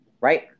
right